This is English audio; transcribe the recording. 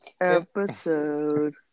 episode